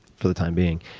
for the time being.